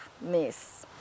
miss